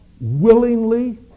willingly